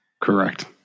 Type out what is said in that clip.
Correct